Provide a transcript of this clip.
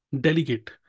delegate